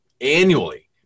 annually